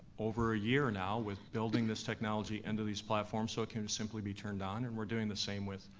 over a year now with building this technology into and these platforms so it can simply be turned on, and we're doing the same with